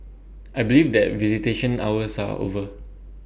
I believe that visitation hours are over